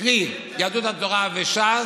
קרי יהדות התורה וש"ס,